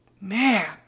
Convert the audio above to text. Man